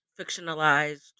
fictionalized